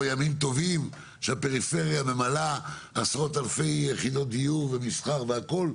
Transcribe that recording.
או ימים טובים שהפריפריה ממלאת עשרות אלפי יחידות דיור ומסחר והכל,